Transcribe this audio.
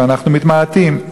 ואנחנו מתמעטים,